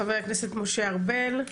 חבר הכנסת משה ארבל.